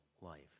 life